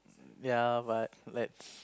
ya but like